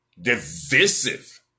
divisive